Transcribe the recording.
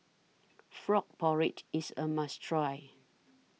Frog Porridge IS A must Try